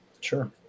Sure